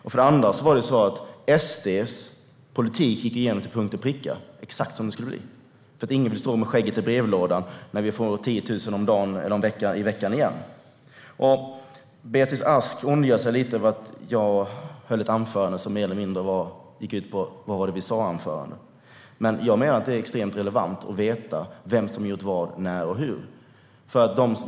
För det andra: SD:s politik gick igenom till punkt och pricka - exakt som det skulle bli. Ingen ville stå med skägget i brevlådan när vi får 10 000 om dagen eller i veckan igen. Beatrice Ask ondgjorde sig lite över att jag höll ett anförande som mer eller mindre var ett vad-var-det-vi-sa-anförande, men jag menar att det är extremt relevant att veta vem som har gjort vad när och hur.